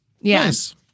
Yes